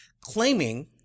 claiming